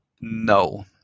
no